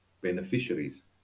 beneficiaries